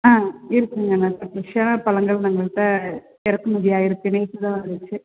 ஆ இருக்குதுங்க நாங்கள் ஃப்ரெஷ்ஷான பழங்கள் எங்கள்கிட்ட இறக்குமதி ஆயிருக்குது நேற்று தான் வந்துச்சு